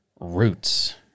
roots